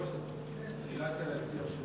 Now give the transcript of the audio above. גברתי היושבת-ראש את דילגת עלי לפי הרשימה.